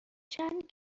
چند